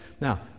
Now